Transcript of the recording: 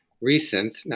Recent